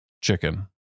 chicken